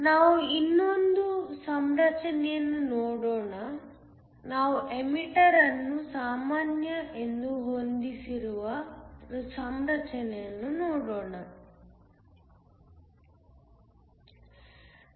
ನಾವು ಇನ್ನೊಂದು ಸಂರಚನೆಯನ್ನು ನೋಡೋಣ ನಾವು ಎಮಿಟರ್ ಅನ್ನು ಸಾಮಾನ್ಯ ಎಂದು ಹೊಂದಿಸಿರುವ ಸಂರಚನೆಯನ್ನು ನೋಡುತ್ತೇವೆ